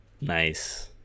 Nice